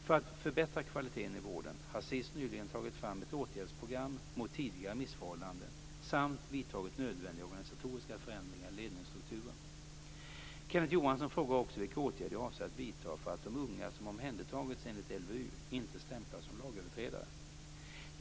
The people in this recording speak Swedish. För att förbättra kvaliteten i vården har SiS nyligen tagit fram ett åtgärdsprogram mot tidigare missförhållanden samt vidtagit nödvändiga organisatoriska förändringar i ledningsstrukturen. Kenneth Johansson frågar också vilka åtgärder jag avser att vidta för att de unga som omhändertagits enligt LVU inte stämplas som lagöverträdare.